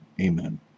Amen